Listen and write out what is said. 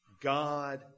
God